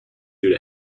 due